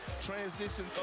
transition